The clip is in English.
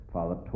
Father